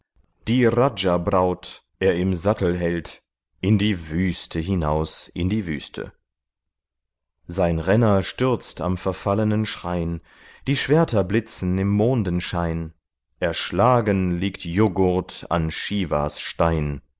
die rajabraut er im sattel hält in die wüste hinaus in die wüste sein renner stürzt am verfallenen schrein die schwerter blitzen im mondenschein erschlagen liegt juggurt an shiwas stein